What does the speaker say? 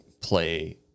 play